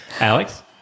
Alex